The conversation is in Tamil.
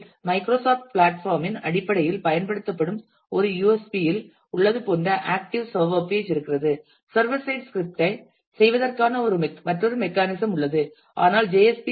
பி இல் மைக்ரோசாப்ட் பிளாட்பார்ம் இன் அடிப்படையில் பயன்படுத்தப்படும் ஒரு USP இல் உள்ளது போன்ற ஆக்டிவ் சர்வர் பேஜ் இருக்கிறது சர்வர் சைடு ஸ்கிரிப்ட்டைச் செய்வதற்கான மற்றொரு மெக்கானிசம் உள்ளது ஆனால் ஜே